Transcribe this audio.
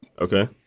Okay